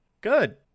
Good